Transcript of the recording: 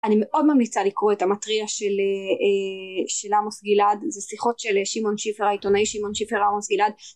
אני מאוד ממליצה לקרוא את המטריה של עמוס גלעד זה שיחות של שמעון שיפר העיתונאי שמעון שיפר עמוס גלעד